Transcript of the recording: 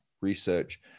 research